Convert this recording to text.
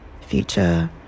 future